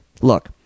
Look